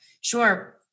Sure